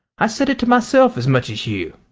i said it to myself as much as you.